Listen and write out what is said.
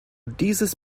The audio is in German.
dieses